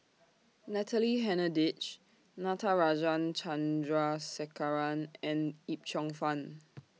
Natalie Hennedige Natarajan Chandrasekaran and Yip Cheong Fun